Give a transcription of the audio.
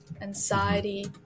anxiety